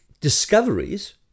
discoveries